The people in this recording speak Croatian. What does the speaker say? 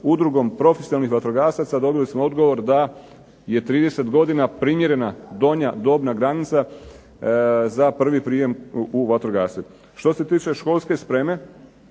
Udrugom profesionalnih vatrogasaca dobili smo odgovor da je 30 godina primjerena donja dona granica, za prvi prijem u vatrogastvo. Što se tiče školske spreme